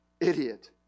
idiot